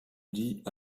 lit